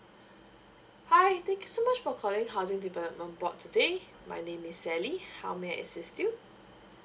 hi thank you so much for calling housing development board today my name is sally how may I assist you